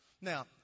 Now